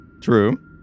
True